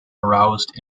aroused